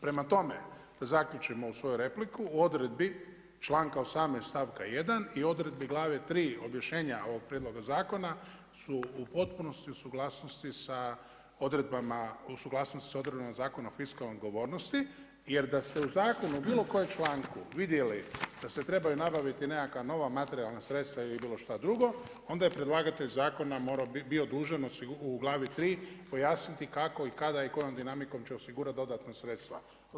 Prema tome, da zaključim ovu svoju repliku, u odredbi članka 18. stavka 1. i odredbi glave 3. objašnjenja ovog prijedloga zakona su u potpunosti u suglasnosti sa odredbama Zakona o fiskalnoj odgovornosti jer da ste u zakonu u bilo kojem članku vidjeli da se trebaju nabaviti nekakva nova materijalna sredstva ili bilo šta drugo, onda je predlagatelj zakona bio dužan u glavi 3. pojasniti kako i kada i kojom dinamikom će osigurati dodatna sredstva.